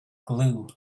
glue